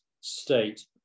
state